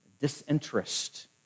Disinterest